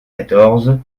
quatorze